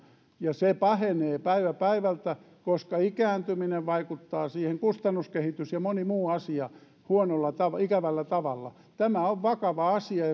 se pahenee päivä päivältä koska ikääntyminen vaikuttaa siihen kustannuskehitys ja moni muu asia huonolla ikävällä tavalla tämä on vakava asia